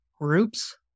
groups